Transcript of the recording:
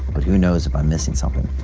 but who knows if i'm missing something?